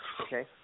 okay